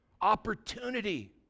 opportunity